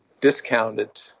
discounted